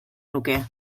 nuke